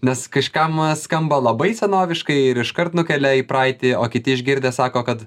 nes kažkam skamba labai senoviškai ir iškart nukelia į praeitį o kiti išgirdę sako kad